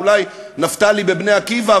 אולי נפתלי ב"בני עקיבא".